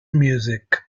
music